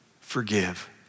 forgive